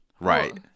right